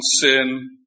sin